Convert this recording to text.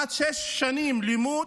כמעט שש שנים לימוד,